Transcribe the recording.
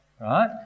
right